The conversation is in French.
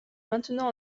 maintenant